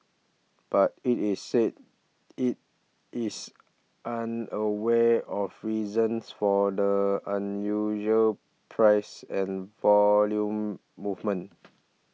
but it is said it is unaware of reasons for the unusual price and volume movement